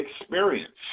experience